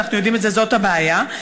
זאת הבעיה.